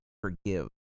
forgive